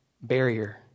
barrier